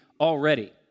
already